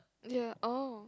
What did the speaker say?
ya oh